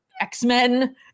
x-men